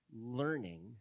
learning